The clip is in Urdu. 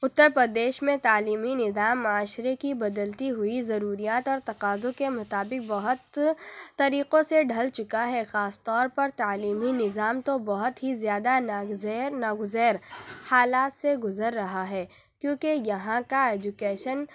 اُتر پردیش میں تعلیمی نظام معاشرے کی بدلتی ہوئی ضروریات اور تقاضوں کے مطابق بہت طریقوں سے ڈھل چکا ہے خاص طور پر تعلیمی نظام تو بہت ہی زیادہ ناگزیر ناگزیر حالات سے گُزر رہا ہے کیونکہ یہاں کا ایجوکیشن